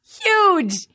Huge